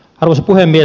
arvoisa puhemies